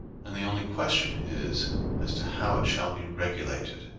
and the only question is as to how it shall be regulated.